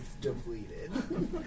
depleted